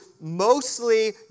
mostly